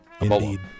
Indeed